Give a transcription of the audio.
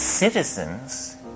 Citizens